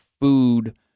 food